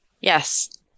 Yes